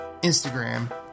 Instagram